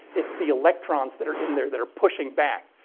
it's the electrons that are in there that are pushing back.